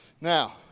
Now